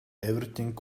everything